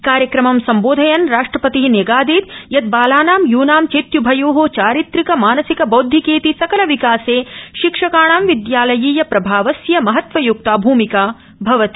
कार्यक्रमं सम्बोधयन् राष्ट्रपति न्यगादीत् बालाना यूना चेत्युभयो चारित्रिक मानसिक बौद्धिकेति सकल विकासे शिक्षकाणां विद्यालयीय प्रभावस्य महत्वयुक्ता भूमिका भवति